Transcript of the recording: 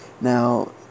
now